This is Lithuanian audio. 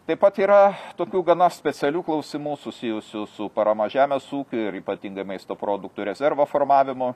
taip pat yra tokių gana specialių klausimų susijusių su parama žemės ūkiui ir ypatingai maisto produktų rezervo formavimo